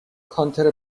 کانتر